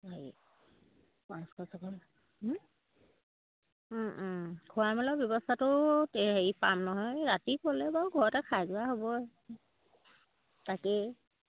হেৰি পাঁচশ ছশ খোৱা মেলাৰ ব্যৱস্থাটো হেৰি পাম নহয় ৰাতি গ'লে বাৰু ঘৰতে খাই যোৱা হ'বই তাকেই